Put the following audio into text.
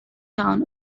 town